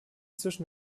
zwischen